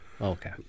okay